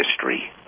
history